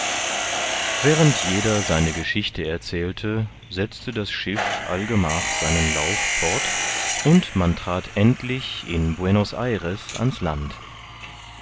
während jeder seine geschichte erzählte setzte das schiff allgemach seinen lauf fort und man trat endlich in buenos ayres ans land